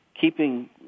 keeping